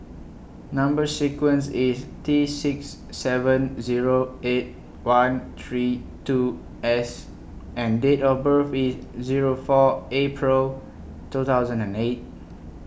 Number sequence IS T six seven Zero eight one three two S and Date of birth IS Zero four April two thousand and eight